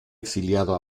exiliado